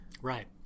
right